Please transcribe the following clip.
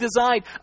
designed